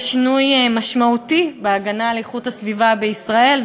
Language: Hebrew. שינוי משמעותי בהגנה על הסביבה בישראל,